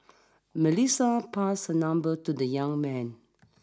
Melissa passed her number to the young man